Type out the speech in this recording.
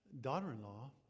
daughter-in-law